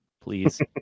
Please